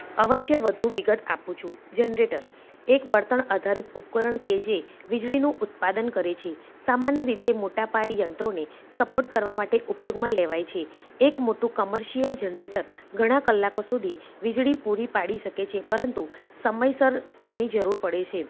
અવશ્ય વધુ વિગત આપું છું જનરેટર એક બળતણ આધારિત ઉપકરણ કે જે વીજળીનું ઉત્પાદન કરે છે સામાન્ય રીતે મોટાપાયે યંત્રોને સપોર્ટ કરવા માટે ઉપયોગમાં લેવાય છે એક મોટું કમર્શિયલ જનરેટર ઘણાં કલાકો સુધી વીજળી પૂરી પાડી શકે છે પરંતુ સમયસર તેની જરૂર પડે છે